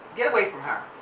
get away from her.